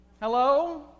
Hello